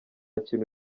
kintu